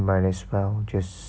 might as well just